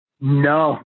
No